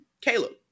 Caleb